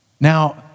Now